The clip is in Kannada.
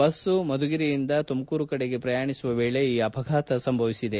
ಬಸ್ತು ಮಧುಗಿರಿಯಿಂದ ತುಮಕೂರು ಕಡೆಗೆ ಪ್ರಯಾಣಿಸುವ ವೇಳೆ ಈ ಅಪಘಾತ ಸಂಭವಿಸಿದೆ